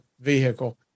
vehicle